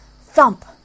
thump